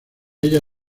ella